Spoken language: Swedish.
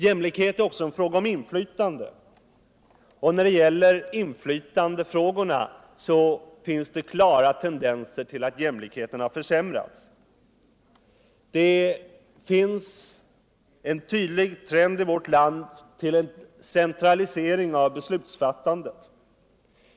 Jämlikhet är också en fråga om inflytande, och när det gäller inflytandefrågorna finns det klara tendenser till att jämlikheten har försämrats. Det är en tydlig trend i vårt land till centralisering av beslutsfattandet.